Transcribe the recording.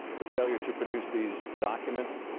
the failure to produce these documents